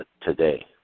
today